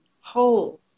whole